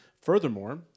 Furthermore